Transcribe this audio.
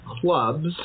clubs